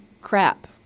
crap